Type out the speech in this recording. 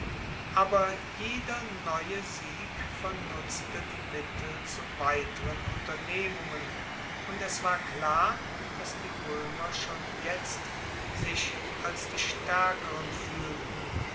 aber jeder neue sieg vernutzte die mittel zu weiteren unternehmungen und es war klar dass die roemer schon jetzt sich als die staerkeren fuehlten